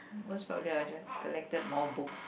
most probably I would just collected more books